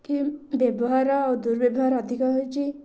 କି ବ୍ୟବହାର ଦୁଃବ୍ୟବହାର ଅଧିକ ହୋଇଛି